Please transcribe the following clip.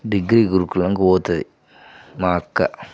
degree గురుకులంకు పోతుంది మా అక్క